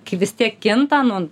ki vis tiek kinta nu